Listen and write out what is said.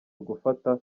ugufata